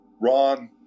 Ron